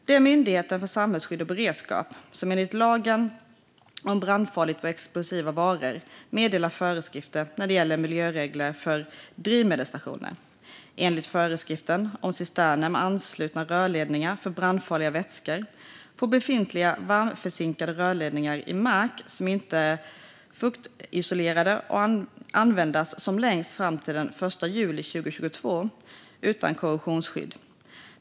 Det är Myndigheten för samhällsskydd och beredskap som enligt lagen om brandfarliga och explosiva varor meddelar föreskrifter när det gäller miljöregler för drivmedelsstationer. Enligt föreskriften om cisterner med anslutna rörledningar för brandfarliga vätskor får befintliga varmförzinkade rörledningar i mark som inte är fuktisolerade användas längst fram till den 1 juli 2022 utan korrosionsskydd.